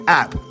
app